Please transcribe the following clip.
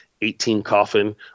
18-coffin